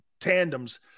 tandems